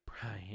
Brian